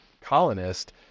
colonist